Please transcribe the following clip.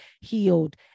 healed